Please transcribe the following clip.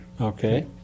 Okay